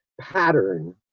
pattern